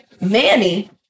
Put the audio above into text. Manny